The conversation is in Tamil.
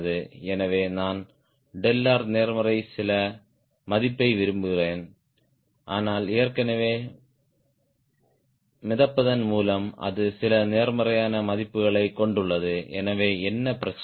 எனவே நான் நேர்மறை சில மதிப்பை விரும்புகிறேன் ஆனால் ஏற்கனவே மிதப்பதன் மூலம் அது சில நேர்மறையான மதிப்புகளைக் கொண்டுள்ளது எனவே என்ன பிரச்சினை